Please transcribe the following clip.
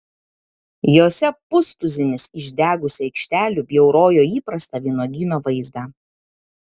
jose pustuzinis išdegusių aikštelių bjaurojo įprastą vynuogyno vaizdą